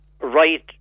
Right